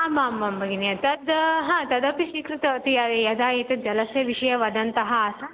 आम् आम् आं भगिनि तद् हा तदपि स्वीकृतवती यदा एतत् जलस्य विषये वदन्तः आसन्